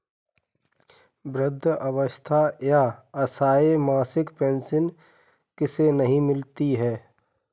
वृद्धावस्था या असहाय मासिक पेंशन किसे नहीं मिलती है?